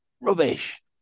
Rubbish